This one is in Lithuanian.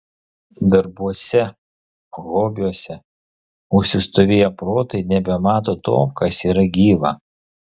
darbuose hobiuose užsistovėję protai nebemato to kas yra gyva